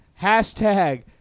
hashtag